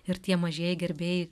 ir tie mažieji gerbėjai